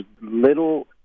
little